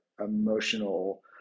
emotional